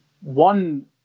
One